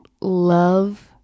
love